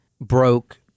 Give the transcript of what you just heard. broke